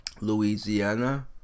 Louisiana